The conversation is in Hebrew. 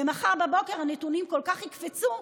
ומחר בבוקר הנתונים כל כך יקפצו,